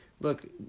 Look